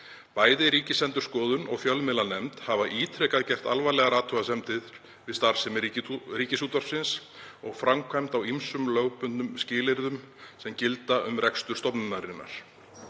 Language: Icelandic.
Bæði Ríkisendurskoðun og fjölmiðlanefnd hafa ítrekað gert alvarlegar athugasemdir við starfsemi Ríkisútvarpsins og framkvæmd á ýmsum lögbundnum skilyrðum sem gilda um rekstur stofnunarinnar.